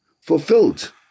fulfilled